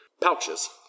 pouches